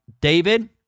David